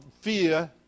fear